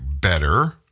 Better